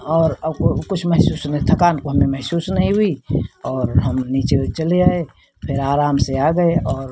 और अब वो कुछ महसूस हमें थकान तो हमें महसूस नहीं हुई और हम नीचे चले आए फिर आराम से आ गए और